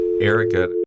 Erica